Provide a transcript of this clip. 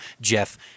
Jeff